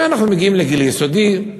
אנחנו מגיעים לגיל יסודי,